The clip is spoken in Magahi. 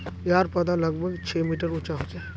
याहर पौधा लगभग छः मीटर उंचा होचे